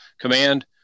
command